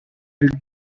built